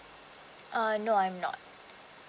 uh no I'm not